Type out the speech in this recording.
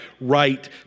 right